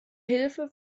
hilfe